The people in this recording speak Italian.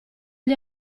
gli